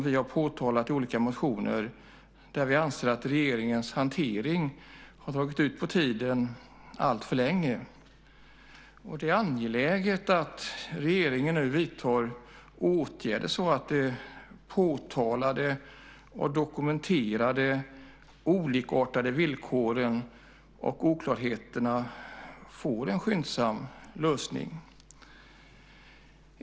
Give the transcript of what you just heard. Vi har i olika motioner påtalat att regeringens hantering har dragit ut på tiden alltför länge. Det är angeläget att regeringen nu vidtar åtgärder så att de dokumenterade olikartade villkoren och oklarheterna får en skyndsam lösning.